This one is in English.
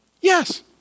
Yes